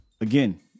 again